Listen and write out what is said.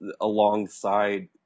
alongside